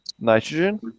Nitrogen